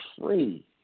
free